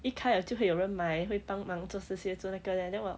一开了就会有人买会帮忙做这些做那个 leh then 我